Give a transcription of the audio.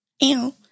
Ew